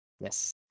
yes